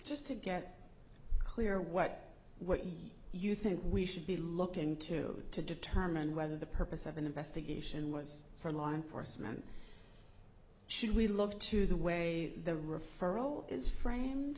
just to get clear what what do you think we should be looked into to determine whether the purpose of an investigation was for law enforcement should we love to the way the referral is fr